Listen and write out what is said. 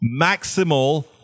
maximal